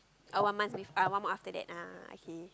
oh one month with uh one more after that ah okay